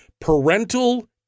parental